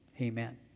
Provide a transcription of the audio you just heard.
Amen